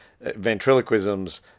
ventriloquism's